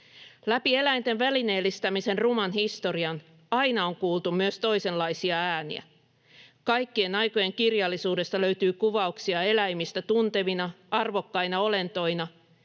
Läpi eläinten välineellistämisen ruman historian aina on kuultu myös toisenlaisia ääniä. Kaikkien aikojen kirjallisuudesta löytyy kuvauksia eläimistä tuntevina, arvokkaina olentoina